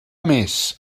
més